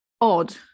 odd